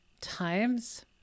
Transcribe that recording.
times